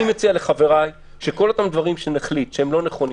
אני מציע לחבריי שכל אותם דברים שנחליט שהם לא נכונים,